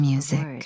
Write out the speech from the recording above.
Music